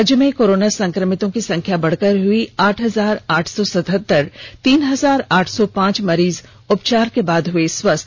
राज्य में कोरोना संक्रमितों की संख्या बढ़कर हुई आठ हजार आठ सौ सतहत्तर तीन हजार आठ सौ पांच मरीज उपचार के बाद हुए स्वस्थ